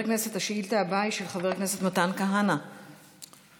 השאילתה הבאה, של חבר הכנסת מתן כהנא, בבקשה.